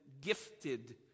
gifted